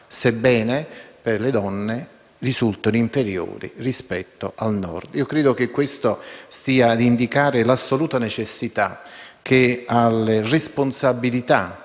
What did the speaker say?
sebbene per le donne i tassi risultino inferiori rispetto al Nord. Credo che questo stia ad indicare l'assoluta necessità che la responsabilità,